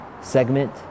segment